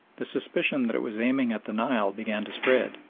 the suspicion that it was aiming at the nile began to spread.